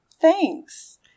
Thanks